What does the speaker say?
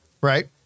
right